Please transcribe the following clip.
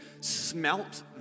smelt